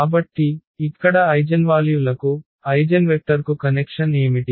కాబట్టి ఇక్కడ ఐగెన్వాల్యు లకు ఐగెన్వెక్టర్కు కనెక్షన్ ఏమిటి